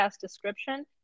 description